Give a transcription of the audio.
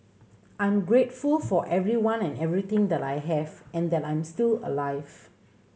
I'm grateful for everyone and everything that I have and that I'm still alive